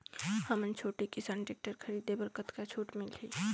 हमन छोटे किसान टेक्टर खरीदे बर कतका छूट मिलही?